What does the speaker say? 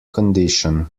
condition